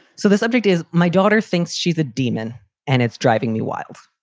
so the subject is my daughter thinks she's a demon and it's driving me wild.